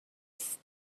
است